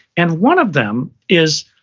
and one of them is,